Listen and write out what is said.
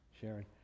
Sharon